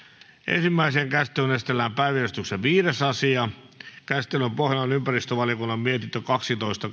ensimmäiseen käsittelyyn esitellään päiväjärjestyksen viides asia käsittelyn pohjana on ympäristövaliokunnan mietintö kaksitoista